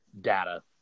data